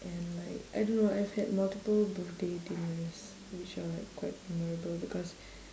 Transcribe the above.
and like I don't know I've had multiple birthday dinners which are like quite memorable because